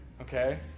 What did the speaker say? Okay